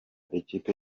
ikipe